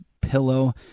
pillow